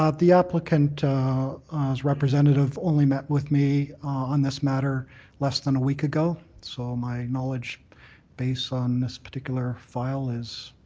ah the applicant's representative only met with me on this matter less than a week ago. so my knowledge base on this particular file is